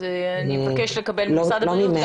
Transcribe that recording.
אני אבקש לקבל ממשרד הבריאות,